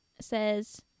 says